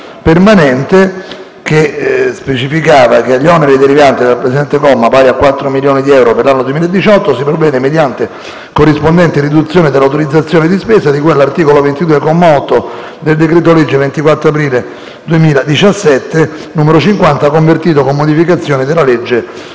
che specificava che agli oneri derivanti dal presente comma, pari a 4 milioni di euro per l'anno 2018, si provvede mediante corrispondente riduzione dell'autorizzazione di spesa di cui all'articolo 22, comma 8, del decreto-legge 24 aprile 2017, n. 50, convertito con modificazioni dalla legge